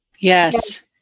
Yes